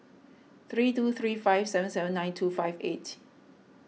three two three five seven seven nine two five eight